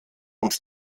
und